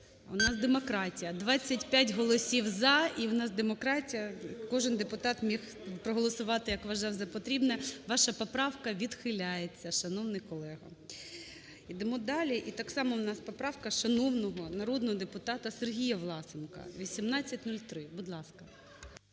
У нас демократія. 13:35:21 За-25 25 голосів – за. І у нас демократія, кожен депутат міг проголосувати, як вважав за потрібне. Ваша поправка відхиляється, шановний колего. Ідемо далі. І так само у нас поправка шановного народного депутата Сергія Власенка. 1803. Будь ласка.